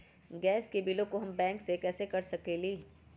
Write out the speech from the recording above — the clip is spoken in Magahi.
गैस के बिलों हम बैंक से कैसे कर सकली?